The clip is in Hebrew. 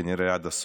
כנראה עד הסוף.